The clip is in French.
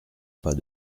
pas